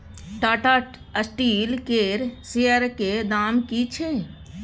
Tata Steel केर शेयरक दाम की छै?